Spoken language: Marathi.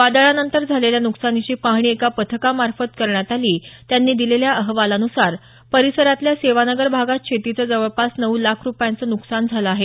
वादळानंतर झालेल्या नुकसानीची पाहणी एका पथकामार्फत करण्यात आली त्यांनी दिलेल्या अहवालानुसार परिसरातल्या सेवानगर भागात शेतीचं जवळपास नऊ लाख रुपयांचं नुकसान झालं आहे